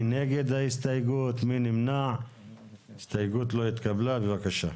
הצבעה לא אושרה ההסתייגות לא התקבלה, בבקשה.